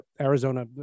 Arizona